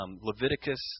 Leviticus